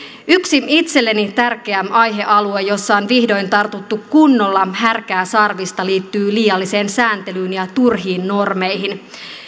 yksi itselleni tärkeä aihealue jossa on vihdoin tartuttu kunnolla härkää sarvista liittyy liialliseen sääntelyyn ja turhiin normeihin